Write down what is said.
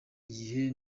igihe